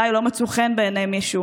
אחרי שהם אולי לא מצאו חן בעיני מישהו,